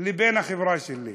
לבין החברה שלי.